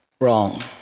wrong